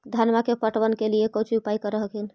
धनमा के पटबन के लिये कौची उपाय कर हखिन?